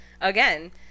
again